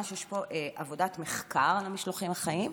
יש פה עבודת מחקר על המשלוחים החיים.